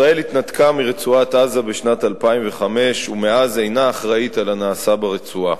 ישראל התנתקה מרצועת-עזה בשנת 2005 ומאז אינה אחראית לנעשה ברצועה.